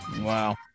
Wow